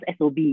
SOB